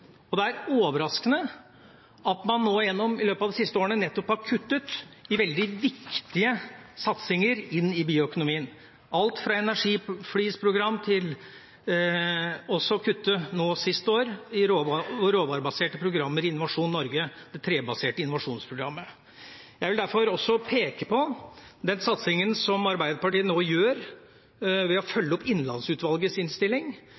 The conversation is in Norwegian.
og det er overraskende at man nå, i løpet av de siste årene, nettopp har kuttet i veldig viktige satsinger på bioøkonomien – alt fra energiflisprogrammet til nå, sist år, å kutte i råvarebaserte programmer i Innovasjon Norge, det trebaserte innovasjonsprogrammet. Jeg vil derfor også peke på den satsingen som Arbeiderpartiet nå gjør, å følge opp Innlandsutvalgets innstilling